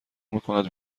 میکند